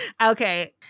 Okay